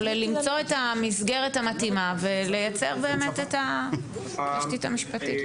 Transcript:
יש למצוא את המסגרת המתאימה ולייצר באמת את התשתית המשפטית.